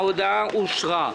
ההודעה אושרה.